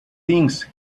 things